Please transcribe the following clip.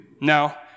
Now